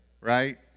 right